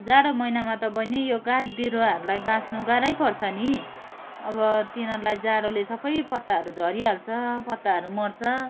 जाडो महिनामा त बहिनी यो गाछ बिरूवाहरूलाई बाँच्नु गाह्रै पर्छ नि अब तिनीहरूलाई जाडोले सबै पत्ताहरू झरी हाल्छ पत्ताहरू मर्छ